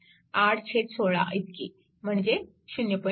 8 16 इतकी म्हणजे 0